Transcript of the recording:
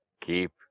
Keep